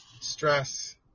stress